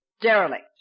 derelict